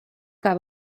que